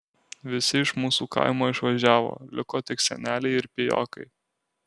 visi iš mūsų kaimo išvažiavo liko tik seneliai ir pijokai